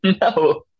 No